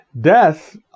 death